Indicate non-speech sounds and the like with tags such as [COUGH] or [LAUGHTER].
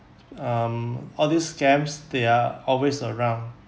[NOISE] um all these scams they are always around